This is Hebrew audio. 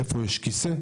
איפה יש כיסא,